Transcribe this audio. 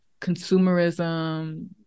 consumerism